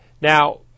Now